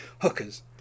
hookers